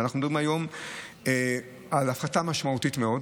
ואנחנו מדברים היום על הפחתה משמעותית מאוד.